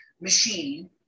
machine